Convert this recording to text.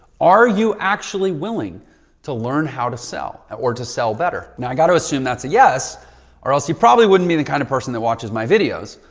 are you actually willing to learn how to sell or to sell better? now i got to assume that's a yes or else you probably wouldn't be the kind of person that watches my videos.